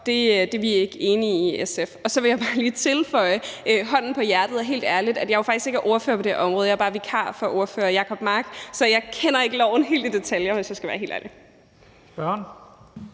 er vi ikke enige i i SF. Så vil jeg bare lige tilføje – med hånden på hjertet og helt ærligt – at jeg jo faktisk ikke er ordfører på det her område. Jeg er bare vikar for ordfører Jacob Mark, så jeg kender ikke loven helt i detaljer, hvis jeg skal være helt ærlig.